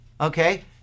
okay